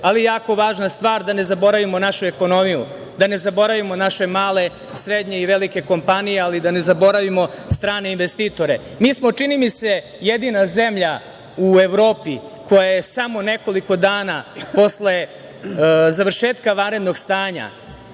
ali je jako važna stvar da ne zaboravimo našu ekonomiju, da ne zaboravimo naše male, srednje i velike kompanije, ali i da ne zaboravimo strane investitore. Mi smo čini mi se, jedina zemlja u Evropi, koja je samo nekoliko dana posle završetka vanrednog stanja